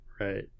Right